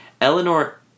Eleanor